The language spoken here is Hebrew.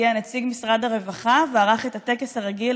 הגיע נציג משרד הרווחה וערך את הטקס הרגיל